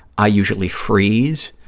i usually freeze.